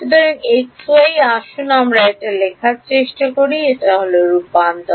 সুতরাং x y আসুন আমরা এটি লেখার চেষ্টা করি এটি হল রূপান্তর